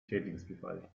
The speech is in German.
schädlingsbefall